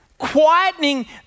quietening